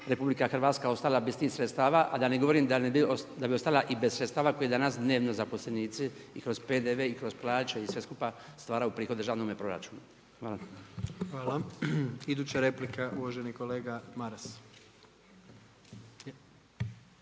bilo RH ostala bez tih sredstava, a da ne govorim da bi ostala i bez sredstava koje danas dnevno zaposlenici i kroz PDV i kroz plaće i sve skupa stvaraju prihod državnome proračunu. Hvala. **Jandroković, Gordan (HDZ)** Hvala. Iduća replika uvaženi kolega Maras.